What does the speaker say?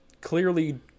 clearly